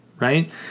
right